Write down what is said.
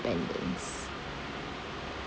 independence